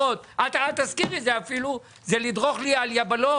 אל תזכירי לי את זה כי זה לדרוך לי על יבלות.